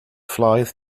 flies